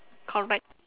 correct